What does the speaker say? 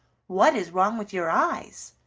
what is wrong with your eyes?